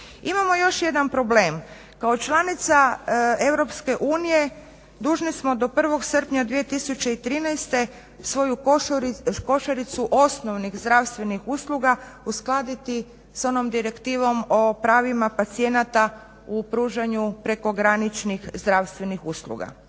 Imamo još jedan problem. kao članica EU dužni smo do 1.srpnja 2013.godine svoju košaricu osnovnih zdravstvenih usluga uskladiti s onom Direktivom o pravima pacijenata u pružanju prekograničnih zdravstvenih usluga.